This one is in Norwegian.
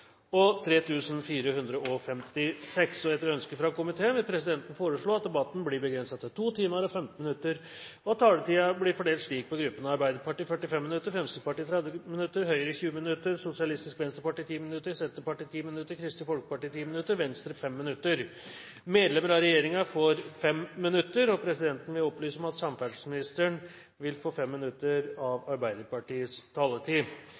Det anses vedtatt. Etter ønske fra transport- og kommunikasjonskomiteen vil presidenten foreslå at debatten blir begrenset til 2 timer og 15 minutter, og at taletiden blir fordelt slik på gruppene: Arbeiderpartiet 45 minutter, Fremskrittspartiet 30 minutter, Høyre 20 minutter, Sosialistisk Venstreparti 10 minutter, Senterpartiet 10 minutter, Kristelig Folkeparti 10 minutter og Venstre 5 minutter. Medlemmer av regjeringen får 5 minutter. Presidenten vil opplyse om at samferdselsministeren vil få 5 minutter av Arbeiderpartiets taletid.